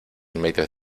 medios